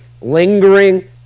lingering